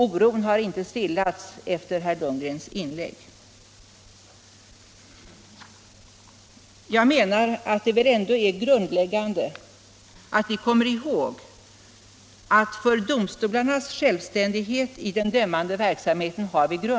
Oron har inte stillats efter herr Lundgrens inlägg. Det finns grundlagsregler för domstolarnas självständighet i den dömande verksamheten.